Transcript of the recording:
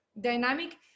dynamic